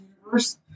universe